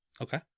Okay